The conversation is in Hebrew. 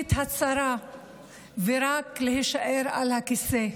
האישית הצרה ורק בלהישאר על הכיסא,